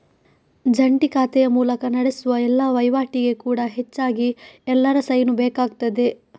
ಜಂಟಿ ಖಾತೆಯ ಮೂಲಕ ನಡೆಸುವ ಎಲ್ಲಾ ವೈವಾಟಿಗೆ ಕೂಡಾ ಹೆಚ್ಚಾಗಿ ಎಲ್ಲರ ಸೈನು ಬೇಕಾಗ್ತದೆ